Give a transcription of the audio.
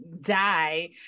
die